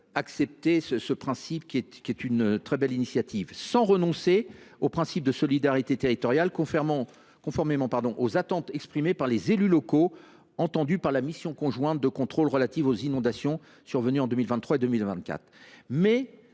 autres, je pense que nous y sommes tous favorables – sans renoncer au principe de solidarité territoriale, conformément aux attentes exprimées par les élus locaux entendus par la mission conjointe de contrôle relative aux inondations survenues en 2023 et au